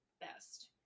best